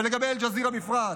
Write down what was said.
ולגבי אל-ג'זירה בפרט,